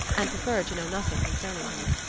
and preferred to know nothing concerning her.